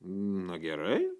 na gerai